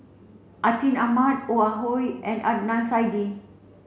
Atin Amat Ong Ah Hoi and Adnan Saidi